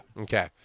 Okay